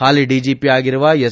ಹಾಲಿ ಡಿಜಿಪಿಆಗಿರುವ ಎಸ್